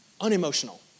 unemotional